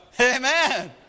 Amen